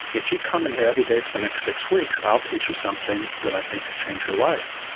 if you come in here every day for the next six weeks i'll teach you something that i think could change your life.